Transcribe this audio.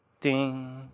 ding